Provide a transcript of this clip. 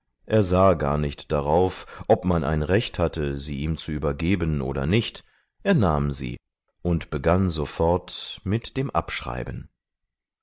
er sah gar nicht darauf ob man ein recht hatte sie ihm zu übergeben oder nicht er nahm sie und begann sofort mit dem abschreiben